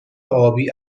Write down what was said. آبی